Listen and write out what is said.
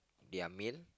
their meal